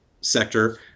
sector